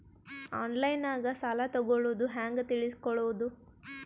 ಆನ್ಲೈನಾಗ ಸಾಲ ತಗೊಳ್ಳೋದು ಹ್ಯಾಂಗ್ ತಿಳಕೊಳ್ಳುವುದು?